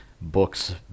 books